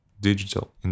digital